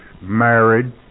married